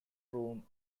room